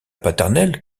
paternel